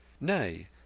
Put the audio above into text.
Nay